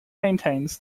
maintains